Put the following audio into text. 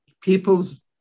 people's